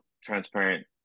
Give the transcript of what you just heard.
transparent